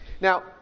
Now